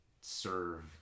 serve